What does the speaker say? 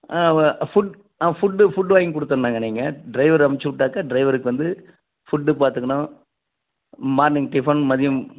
வ ஃபுட் ஆ food food வாங்கி கொடுத்துறோன்னங்க நீங்கள் ட்ரைவர் அனுச்சிவுட்டாக்க ட்ரைவருக்கு வந்து ஃபுட்டு பார்த்துக்கணும் மார்னிங் டிஃபன் மதியம்